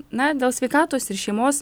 na dėl sveikatos ir šeimos